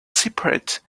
separated